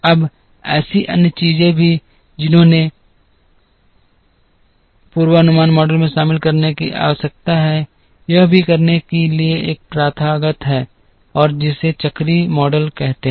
अब ऐसी अन्य चीजें भी हैं जिन्हें पूर्वानुमान मॉडल में शामिल करने की आवश्यकता है यह भी करने के लिए एक प्रथागत है जिसे चक्रीय मॉडल कहते हैं